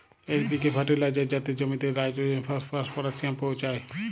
LPK fertiliser যাতে জমিতে nitrogen, phosphorus, potassium পৌঁছায়